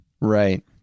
Right